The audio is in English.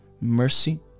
Mercy